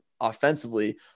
offensively